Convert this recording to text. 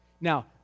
Now